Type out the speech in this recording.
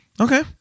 Okay